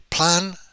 Plan